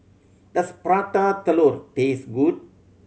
does Prata Telur taste good